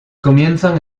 comienzan